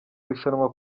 rushanwa